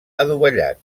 adovellat